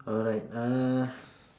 alright uh